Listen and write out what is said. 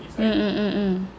mm mm mm mm